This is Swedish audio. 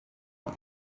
och